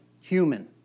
human